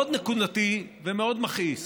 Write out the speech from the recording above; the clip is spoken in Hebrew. מאוד נקודתי ומאוד מכעיס,